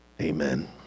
Amen